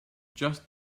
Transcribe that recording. just